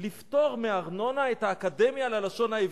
לפטור מארנונה את האקדמיה ללשון העברית.